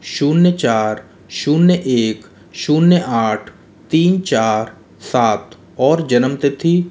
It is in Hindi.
शून्य चार शून्य एक शून्य आठ तीन चार सात और जन्म तिथि